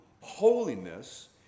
holiness